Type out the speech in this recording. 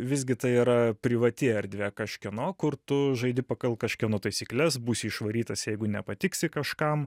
visgi tai yra privati erdvė kažkieno kur tu žaidi pagal kažkieno taisykles būsi išvarytas jeigu nepatiksi kažkam